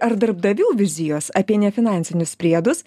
ar darbdavių vizijos apie nefinansinius priedus